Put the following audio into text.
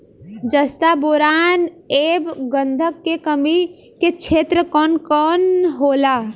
जस्ता बोरान ऐब गंधक के कमी के क्षेत्र कौन कौनहोला?